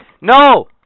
No